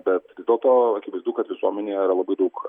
bet dėl to akivaizdu kad visuomenėje yra labai daug